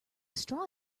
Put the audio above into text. straw